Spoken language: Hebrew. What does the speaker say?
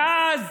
ואז